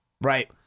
Right